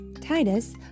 Titus